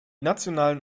nationalen